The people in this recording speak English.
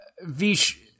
Vish